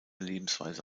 lebensweise